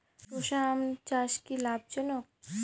চোষা আম চাষ কি লাভজনক?